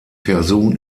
person